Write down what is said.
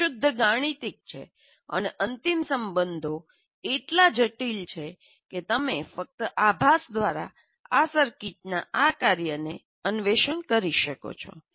આ શુદ્ધ ગાણિતિક છે અને અંતિમ સંબંધો એટલા જટિલ છે કે તમે ફક્ત આભાસ દ્વારા આ સર્કિટના આ કાર્યને અન્વેષણ કરી શકો છો